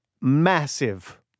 massive